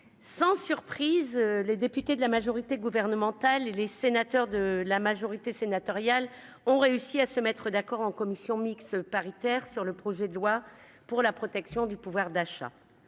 sans surprise, les députés de la majorité gouvernementale et les sénateurs de la majorité sénatoriale sont parvenus à se mettre d'accord en commission mixte paritaire sur une version commune du projet de loi pour la protection du pouvoir d'achat.